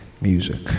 music